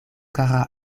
kara